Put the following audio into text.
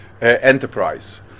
enterprise